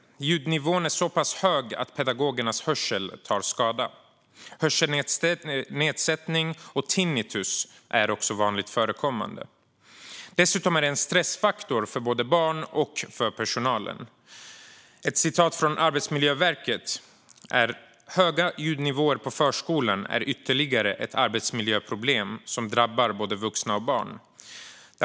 Ljudnivån är så pass hög att pedagogernas hörsel tar skada. Hörselnedsättning och tinnitus är vanligt förekommande. Dessutom är det en stressfaktor för både barn och personal. Ett citat från Arbetsmiljöverket lyder: "Höga ljudnivåer på förskolan är ytterligare ett arbetsmiljöproblem som drabbar både vuxna och barn."